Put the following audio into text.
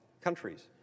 countries